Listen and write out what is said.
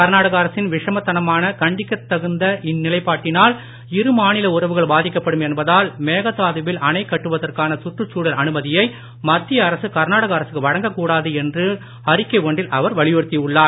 கர்நாடக அரசின் விஷமத்தனமான கண்டிக்கத்தகுந்த இந்நிலைப் பாட்டினால் இருமாநில உறவுகள் பாதிக்கப்படும் என்பதால் மேகதாதுவில் அணைக் கட்டுவதற்கான சுற்றுச்சூழல் அனுமதியை மத்திய அரசு கர்நாடக அரசுக்கு வழங்க கூடாது என்று அறிக்கை ஒன்றில் அவர் வலியுறுத்தி உள்ளார்